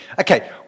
Okay